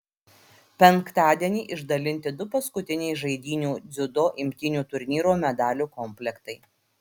penktadienį išdalinti du paskutiniai žaidynių dziudo imtynių turnyro medalių komplektai